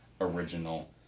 original